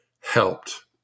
helped